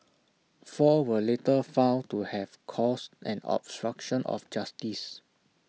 four were later found to have caused an obstruction of justice